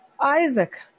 Isaac